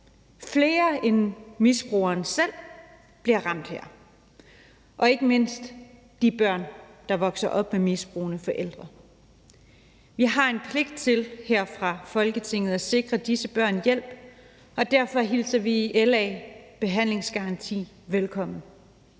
Flere end misbrugeren selv bliver ramt her, og det gælder ikke mindst de børn, der vokser op med misbrugende forældre. Vi har en pligt her fra Folketingets side til at sikre disse børn hjælp, og derfor hilser vi i LA behandlingsgarantien velkommen.